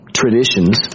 traditions